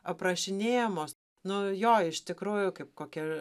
aprašinėjamos nu jo iš tikrųjų kaip kokie